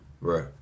Right